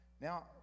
now